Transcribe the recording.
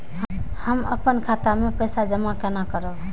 हम अपन खाता मे पैसा जमा केना करब?